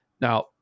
Now